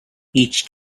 each